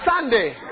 Sunday